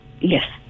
Yes